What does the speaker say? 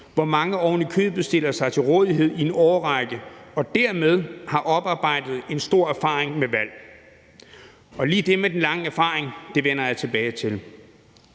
hvor mange ovenikøbet stiller sig til rådighed i en årrække og dermed har oparbejdet en stor erfaring med valg. Og lige det med den lange erfaring vender jeg tilbage til.